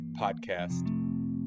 Podcast